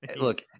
Look